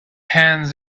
hands